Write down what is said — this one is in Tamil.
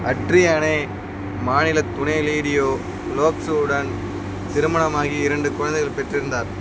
அட்ரியானே மாநில துணை லீடியோ லோப்ஸ் உடன் திருமணமாகி இரண்டு குழந்தைகள் பெற்றிருந்தார்